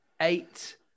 eight